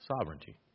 Sovereignty